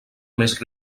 més